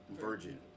Virgin